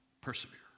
Persevere